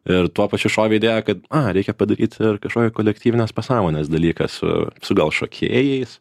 ir tuo pačiu šovė idėja kad reikia padaryt ir kažkokį kolektyvinės pasąmonės dalyką su su gal šokėjais